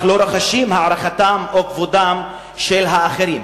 לא רוכשים את הערכתם או כבודם של האחרים.